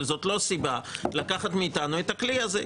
אבל זאת לא סיבה לקחת מאיתנו את הכלי הזה.